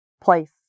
place